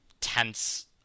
tense